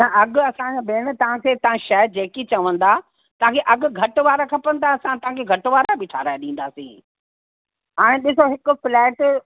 न अघि असांजा भेण तव्हांखे तव्हां शइ जेकी चवंदा तव्हांखे अघि घटि वारा खपनि त असां तव्हांखे घटि वारा बि ठहाराए ॾींदासीं हाणे ॾिसो हिक फ्लैट